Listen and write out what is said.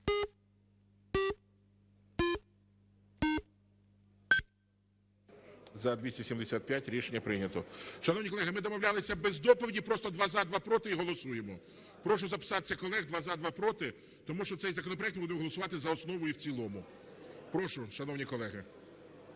За-275 Рішення прийнято. Шановні колеги, ми домовлялися без доповіді, просто два – за, два – проти і голосуємо. Прошу записатися колег: два – за, два – проти, тому що цей законопроект ми будемо голосувати за основу і в цілому. Прошу, шановні колеги.